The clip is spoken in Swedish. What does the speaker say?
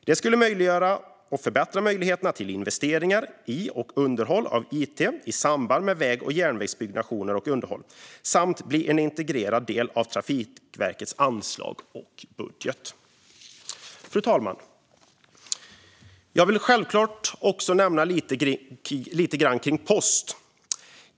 Det skulle förbättra möjligheterna till investeringar i och underhåll av it i samband med väg och järnvägsbyggnation och underhåll samt bli en integrerad del av Trafikverkets anslag och budget. Fru talman! Jag vill självklart också tala lite grann om post.